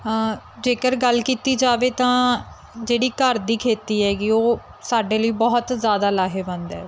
ਜੇਕਰ ਗੱਲ ਕੀਤੀ ਜਾਵੇ ਤਾਂ ਜਿਹੜੀ ਘਰ ਦੀ ਖੇਤੀ ਹੈਗੀ ਉਹ ਸਾਡੇ ਲਈ ਬਹੁਤ ਜ਼ਿਆਦਾ ਲਾਹੇਵੰਦ ਹੈ